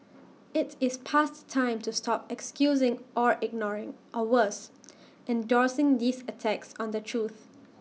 IT is past time to stop excusing or ignoring or worse endorsing these attacks on the truth